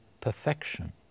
perfection